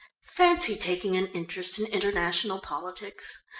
fancy taking an interest in international politics.